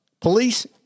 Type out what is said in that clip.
police